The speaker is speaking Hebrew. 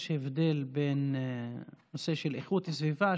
יש הבדל בין נושא איכות הסביבה,